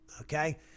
Okay